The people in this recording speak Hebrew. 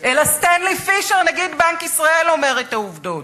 אלא סטנלי פישר, נגיד בנק ישראל, אומר את העובדות.